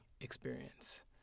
experience